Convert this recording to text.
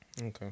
okay